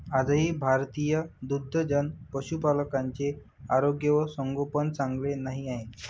आजही भारतीय दुग्धजन्य पशुपालकांचे आरोग्य व संगोपन चांगले नाही आहे